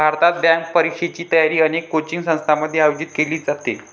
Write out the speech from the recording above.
भारतात, बँक परीक्षेची तयारी अनेक कोचिंग संस्थांमध्ये आयोजित केली जाते